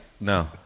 No